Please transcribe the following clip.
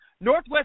Northwest